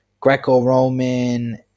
Greco-Roman